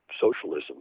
socialism